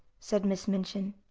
said miss minchin.